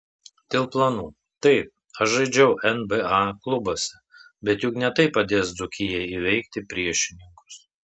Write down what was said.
dėl planų taip aš žaidžiau nba klubuose bet juk ne tai padės dzūkijai įveikti priešininkus